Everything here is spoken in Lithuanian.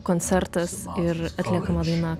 koncertas ir atliekama daina